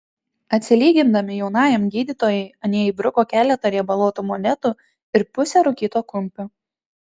atsilygindami jaunajam gydytojui anie įbruko keletą riebaluotų monetų ir pusę rūkyto kumpio